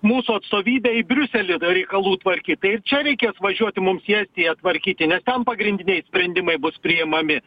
mūsų atstovybę į briuselį reikalų tvarkyt tai ir čia reikės važiuoti mums į estiją tvarkyti nes ten pagrindiniai sprendimai bus priimami